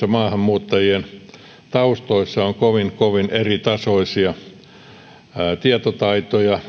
maahanmuuttajien taustoissa on kovin kovin eritasoisia tietotaitoja